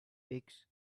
makes